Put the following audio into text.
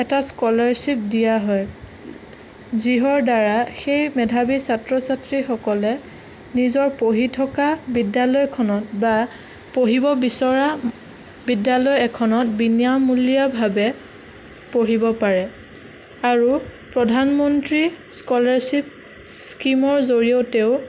এটা স্কলাৰছিপ দিয়ান হয় যিহৰ দ্বাৰা সেই মেধাৱী ছাত্ৰ ছাত্ৰীসকলে নিজৰ পঢ়ি থকা বিদ্যালয়খনত বা পঢ়িব বিচৰা বিদ্যালয় এখনত বিনামূলীয়াভাৱে পঢ়িব পাৰে আৰু প্ৰধানমন্ত্ৰী স্কিমৰ জড়িয়তেও